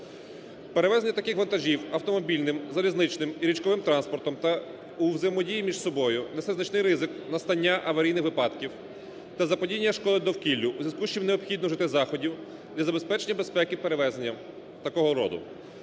Перевезення таких вантажів автомобільним, залізничним і річковим транспортом та у взаємодії між собою несе значний ризик настання аварійних випадків та заподіяння шкоди довкіллю. У зв'язку з чим необхідно вжити заходів для забезпечення безпеки перевезення такого роду.